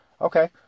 Okay